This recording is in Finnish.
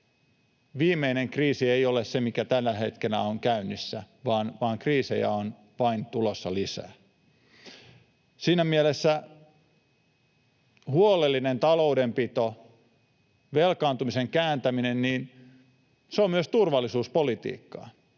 viimeinen kriisi ei ole se, mikä tänä hetkenä on käynnissä, vaan kriisejä on vain tulossa lisää. Siinä mielessä huolellinen taloudenpito, velkaantumisen kääntäminen, on myös turvallisuuspolitiikkaa.